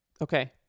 okay